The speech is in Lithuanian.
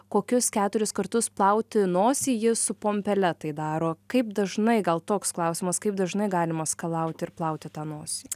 kokius keturis kartus plauti nosį ji su pompele tai daro kaip dažnai gal toks klausimas kaip dažnai galima skalauti ir plauti tą nosį